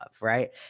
right